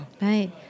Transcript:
Right